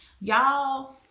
Y'all